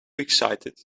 excited